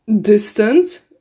distant